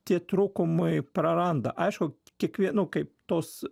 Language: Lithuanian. tie trūkumai praranda aišku kiekvienu kaip tos